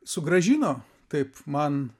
sugrąžino taip man